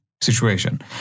situation